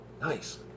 Nice